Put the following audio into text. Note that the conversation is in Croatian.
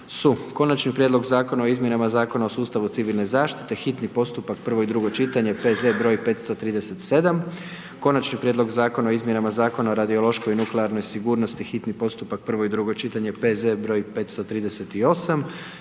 - Konačni prijedlog Zakona o izmjenama Zakona o sustavu civilne zaštite, hitni postupak, prvo i drugo čitanje, PB broj 537, - Konačni prijedlog Zakona o izmjenama Zakona o radiološkoj i nuklearnoj sigurnosti, hitni postupak, prvo i drugo čitanje, PZ broj 538,